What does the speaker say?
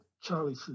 Charlie